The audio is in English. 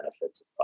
benefits